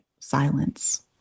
silence